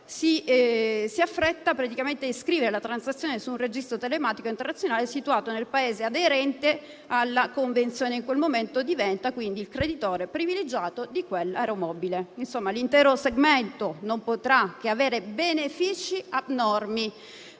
si affretta a iscrivere la transazione su un registro telematico internazionale situato nel Paese aderente alla convenzione e in quel momento diventa il creditore privilegiato di quell'aeromobile. Insomma, l'intero segmento non potrà che avere benefici abnormi: